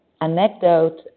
anecdote